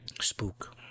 Spook